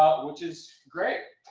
ah which is great.